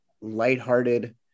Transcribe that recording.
lighthearted